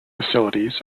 facilities